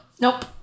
Nope